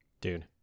Dude